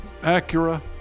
Acura